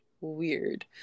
weird